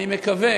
אני מקווה